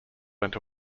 went